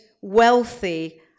wealthy